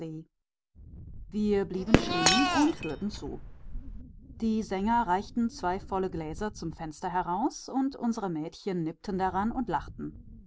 wir blieben stehen und hörten zu die sänger reichten zwei volle gläser zum fenster heraus und unsere mädchen nippten daran und lachten